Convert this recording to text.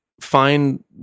find